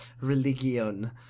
religion